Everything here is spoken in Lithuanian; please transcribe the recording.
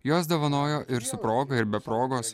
juos dovanojo ir su proga ir be progos